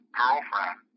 girlfriend